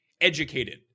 educated